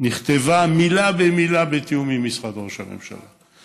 שנכתבה מילה במילה בתיאום עם משרד ראש הממשלה.